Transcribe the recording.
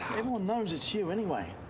everyone knows it's you anyway,